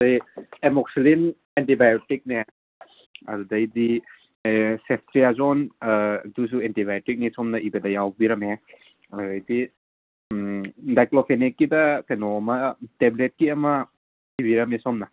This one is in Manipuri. ꯑꯩꯈꯣꯏ ꯑꯦꯃꯣꯛꯁꯤꯂꯤꯟ ꯑꯦꯟꯇꯤꯕꯥꯏꯑꯣꯇꯤꯛꯅꯦ ꯑꯗꯨꯗꯒꯤꯗꯤ ꯁꯦꯞꯇꯤꯌꯥꯥꯖꯣꯟ ꯑꯗꯨꯁꯨ ꯑꯦꯟꯇꯤꯕꯥꯏꯑꯣꯇꯤꯛꯅꯤ ꯁꯣꯝꯅ ꯏꯕꯗ ꯌꯥꯎꯕꯤꯔꯝꯃꯦ ꯑꯗꯨꯗꯒꯤꯗꯤ ꯗꯥꯏꯀ꯭ꯂꯣꯐꯦꯅꯦꯛꯀꯤꯗ ꯀꯩꯅꯣꯝꯃ ꯇꯦꯕ꯭ꯂꯦꯠꯀꯤ ꯑꯃ ꯏꯤꯕꯤꯔꯝꯃꯦ ꯁꯣꯝꯅ